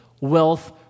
wealth